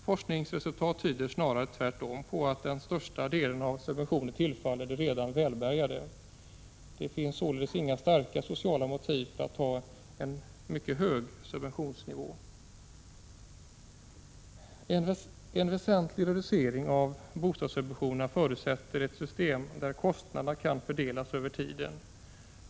Forskningsresultat tyder snarare tvärtom på att största delen av subventionerna tillfaller de redan välbärgade. Det finns således inga starka sociala motiv för att ha en mycket hög subventionsnivå. En väsentlig reducering av bostadssubventionerna förutsätter ett system där kostnaderna kan fördelas över tiden.